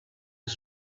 his